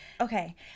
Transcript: okay